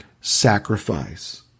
sacrifice